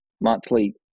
monthly